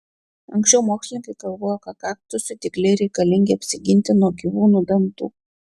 anksčiau mokslininkai galvojo kad kaktusui dygliai reikalingi apsiginti nuo gyvūnų dantų